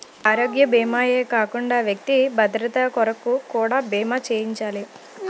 ఆరోగ్య భీమా ఏ కాకుండా వ్యక్తి భద్రత కొరకు కూడా బీమా చేయించాలి